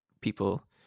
people